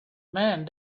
man